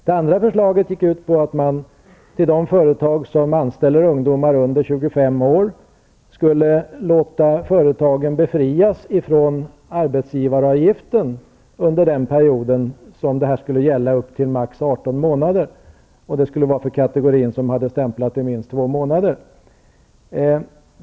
Det andra förslaget gick ut på att man skulle befria de företag som anställer ungdomar under 25 år från arbetsgivaravgift under den period som det skulle gälla upp till max 18 månader. Det skulle gälla för den kategori som hade stämplat i minst två månader.